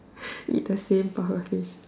eat the same pufferfish